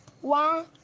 one